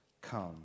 come